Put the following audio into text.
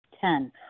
Ten